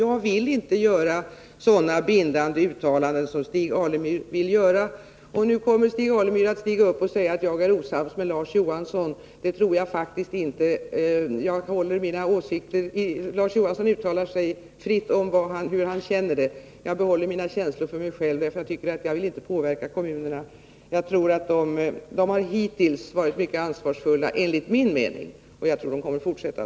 Jag vill inte göra sådana bindande uttalanden som Stig Alemyr vill göra — nu kommer Stig Alemyr att stiga upp och säga att jag är osams med Larz Johansson. Det tror jag faktiskt inte — Larz Johansson uttalar sig fritt om hur han känner det, och jag behåller mina känslor för mig själv, ty jag vill inte påverka kommunerna. Jag tror att de kommer att vara lika ansvarsfulla som de hittills enligt min mening har varit.